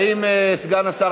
האם סגן השר